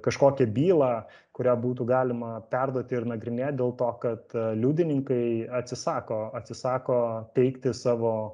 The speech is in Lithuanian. kažkokią bylą kurią būtų galima perduoti ir nagrinėt dėl to kad liudininkai atsisako atsisako teikti savo